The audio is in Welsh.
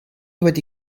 wedi